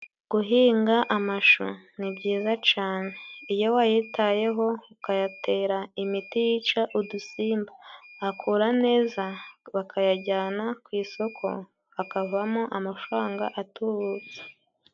Guhinga amashu ni byiza cane, iyo wayitayeho ukayatera imiti yica udusimba, akura neza bakayajyana ku isoko hakavamo amafaranga atubutse.